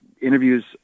interviews